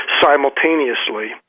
simultaneously